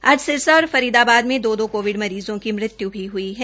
आज सिरसा और फरीदाबाद में दो दो कोविड मरीज़ों की मृत्यु ह्ई है